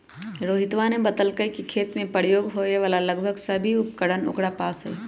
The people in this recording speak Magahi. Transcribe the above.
रोहितवा ने बतल कई कि खेत में प्रयोग होवे वाला लगभग सभी उपकरण ओकरा पास हई